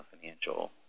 financial